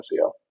SEO